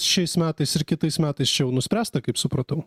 šiais metais ir kitais metais čia jau nuspręsta kaip supratau